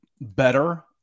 better